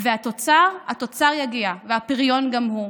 והתוצר, התוצר יגיע והפריון גם הוא.